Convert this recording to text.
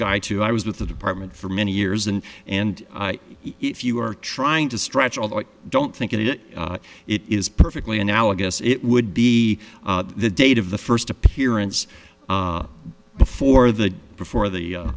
guy too i was with the department for many years and and if you are trying to stretch although i don't think it is it is perfectly analogous it would be the date of the first appearance before the day before the